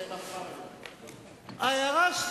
השר נהרי,